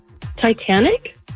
Titanic